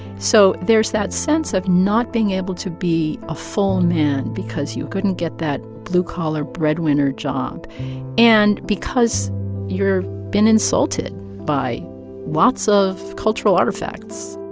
so there's that sense of not being able to be a full man because you couldn't get that blue-collar, breadwinner job and because you're been insulted by lots of cultural artifacts